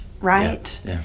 right